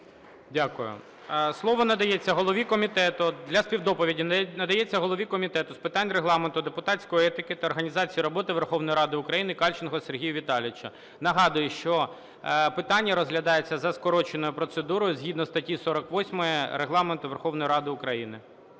Дякую. Слово надається голові комітету для співдоповіді з питань Регламенту, депутатської етики та організації роботи Верховної Ради України Кальченку Сергію Віталійовичу. Нагадую, що питання розглядається за скороченою процедурою, згідно статті 48 Регламенту Верховної Ради України.